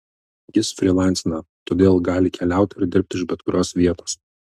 jis frylancina todėl gali keliaut ir dirbt iš bet kurios vietos